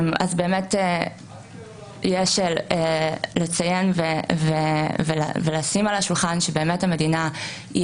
אז באמת יש לציין ולשים על השולחן שבאמת המדינה היא